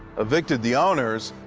evicted the owners,